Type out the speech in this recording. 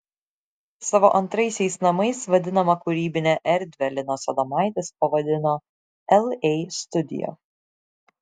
savo antraisiais namais vadinamą kūrybinę erdvę linas adomaitis pavadino la studio